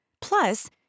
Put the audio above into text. Plus